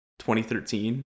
2013